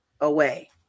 away